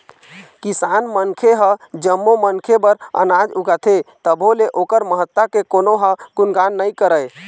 किसान मनखे ह जम्मो मनखे बर अनाज उगाथे तभो ले ओखर महत्ता के कोनो ह गुनगान नइ करय